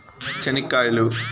చెనిక్కాయలు